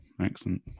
Excellent